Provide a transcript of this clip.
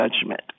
judgment